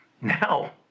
Now